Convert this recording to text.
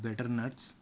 betel nuts